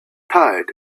tired